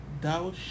thou